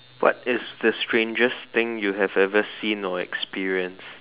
what is the strangest thing you have ever seen or experienced